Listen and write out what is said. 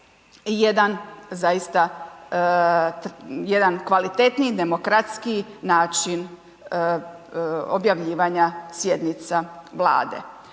jedan zaista, jedan kvalitetniji, demokratskiji način objavljivanja sjednica Vlade.